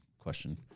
Question